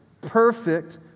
perfect